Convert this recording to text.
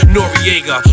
Noriega